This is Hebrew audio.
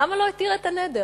למה לא התיר את הנדר?